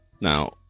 Now